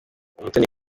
umutoni